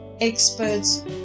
experts